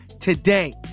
today